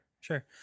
sure